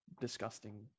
disgusting